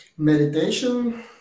meditation